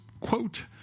Quote